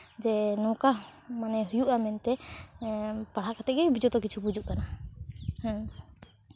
ᱡᱮ ᱱᱚᱝᱠᱟ ᱦᱩᱭᱩᱜᱼᱟ ᱢᱮᱱᱛᱮ ᱯᱟᱲᱦᱟᱣ ᱠᱟᱛᱮᱫ ᱜᱮ ᱡᱚᱛᱚ ᱠᱤᱪᱷᱩ ᱵᱩᱡᱩᱜ ᱠᱟᱱᱟ ᱦᱮᱸ